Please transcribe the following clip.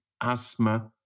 asthma